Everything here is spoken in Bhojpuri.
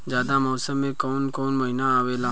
जायद मौसम में काउन काउन महीना आवेला?